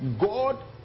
God